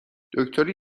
دکتری